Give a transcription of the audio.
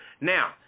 Now